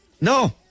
No